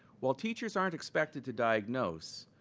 while teachers aren't expected to diagnose,